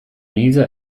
lisa